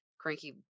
cranky